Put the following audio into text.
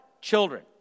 children